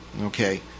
okay